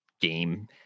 game